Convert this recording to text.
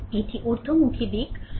এটি ঊর্ধ্বমুখী দিক